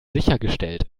sichergestellt